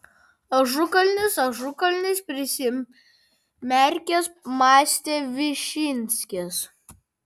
ažukalnis ažukalnis prisimerkęs mąstė višinskis